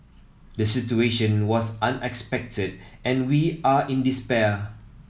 the situation was unexpected and we are in despair